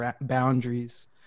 boundaries